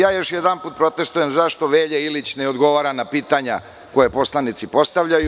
Još jedanput protestujem zašto Velja Ilić ne odgovara na pitanja koje poslanici postavljaju.